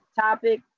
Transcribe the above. topic